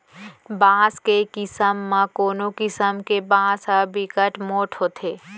बांस के किसम म कोनो किसम के बांस ह बिकट मोठ होथे